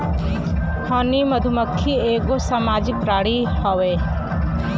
हनी मधुमक्खी एगो सामाजिक प्राणी हउवे